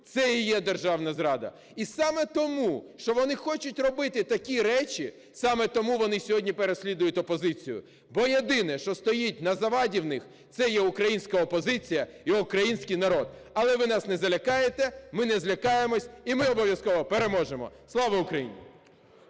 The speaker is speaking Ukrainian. це і є державна зрада. І саме тому, що вони хочуть робити такі речі, саме тому вони сьогодні переслідують опозицію. Бо єдине, що стоїть на заваді в них – це є українська опозиція і український народ. Але ви нас не залякаєте, ми не злякаємось і ми обов'язково переможемо. Слава Україні!